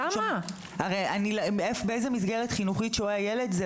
זה לא חלק מההחלטה באיזה מסגרת חינוכית שוהה הילד.